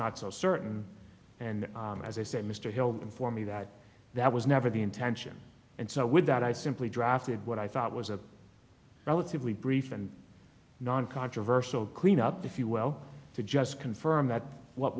not so certain and as i said mr hill inform me that that was never the intention and so with that i simply drafted what i thought was a relatively brief and non controversial clean up if you well to just confirm that what